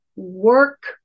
work